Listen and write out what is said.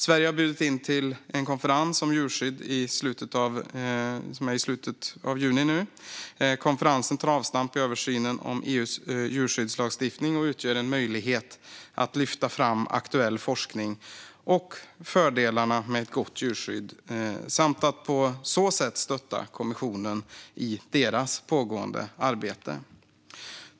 Sverige har bjudit in till en konferens om djurskydd i slutet av juni. Den tar avstamp i översynen av EU:s djurskyddslagstiftning och utgör en möjlighet att lyfta fram aktuell forskning och fördelarna med gott djurskydd samt att på så sätt stötta kommissionens pågående arbete.